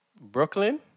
Brooklyn